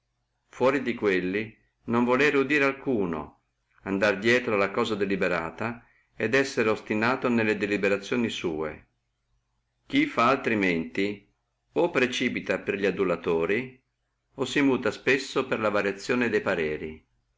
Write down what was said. fuora di quelli non volere udire alcuno andare drieto alla cosa deliberata et essere ostinato nelle deliberazioni sua chi fa altrimenti o e precipita per li adulatori o si muta spesso per la variazione de pareri